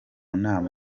nama